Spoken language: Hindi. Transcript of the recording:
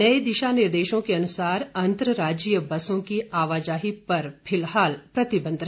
नए दिशा निर्देशों के अनसुार अंतराज्याीय बसों की आवाजाही पर फिलहाल प्रतिबंध रहेगा